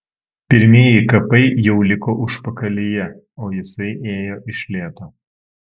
pirmieji kapai jau liko užpakalyje o jisai ėjo iš lėto